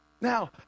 Now